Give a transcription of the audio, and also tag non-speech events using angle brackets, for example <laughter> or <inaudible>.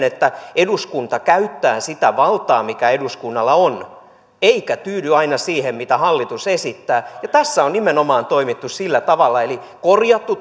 <unintelligible> että eduskunta käyttää sitä valtaa mikä eduskunnalla on eikä tyydy aina siihen mitä hallitus esittää tässä on nimenomaan toimittu sillä tavalla eli korjattu <unintelligible>